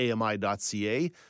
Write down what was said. AMI.ca